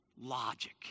Logic